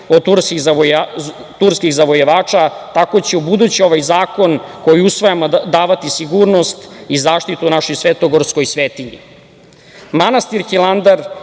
od turskih zavojevača, tako će u buduće ovaj zakon koji usvajamo, davati sigurnost i zaštitu našoj svetogorskoj svetinji. Manastir